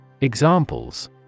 Examples